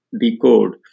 decode